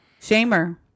Shamer